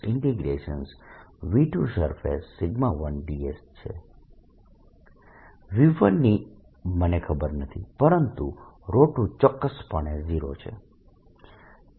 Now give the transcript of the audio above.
V1ની મને ખબર નથી પરંતુ 2 ચોક્કસપણે 0 છે